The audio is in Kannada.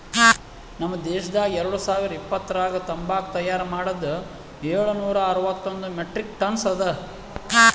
ನಮ್ ದೇಶದಾಗ್ ಎರಡು ಸಾವಿರ ಇಪ್ಪತ್ತರಾಗ ತಂಬಾಕು ತೈಯಾರ್ ಮಾಡದ್ ಏಳು ನೂರಾ ಅರವತ್ತೊಂದು ಮೆಟ್ರಿಕ್ ಟನ್ಸ್ ಅದಾ